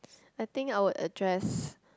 I think I would address